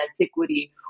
antiquity